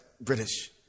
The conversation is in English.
British